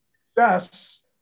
success